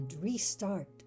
restart